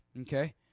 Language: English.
Okay